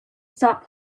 stop